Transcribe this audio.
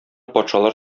патшалар